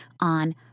on